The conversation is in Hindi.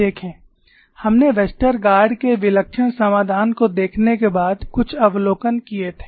देखें हमने वेस्टरगार्ड के विलक्षण समाधान को देखने के बाद कुछ अवलोकन किए थे